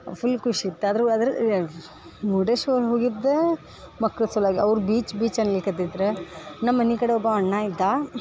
full ಖುಷಿ ಇಟ್ಟು ಅದ್ರ ವದ್ರ್ ಎ ಮುರ್ಡೇಶ್ವರ ಹೋಗಿದ್ದು ಮಕ್ಳ ಸಲುವಾಗಿ ಅವ್ರು ಬೀಚ್ ಬೀಚ್ ಅನ್ಲಿಕ್ಕತಿದ್ರು ನಮ್ಮ ಮನೆ ಕಡೆ ಒಬ್ಬ ಅಣ್ಣ ಇದ್ದ